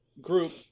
group